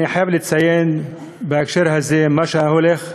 אני חייב לציין בהקשר הזה מה שהולך,